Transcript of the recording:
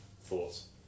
Thoughts